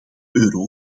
euro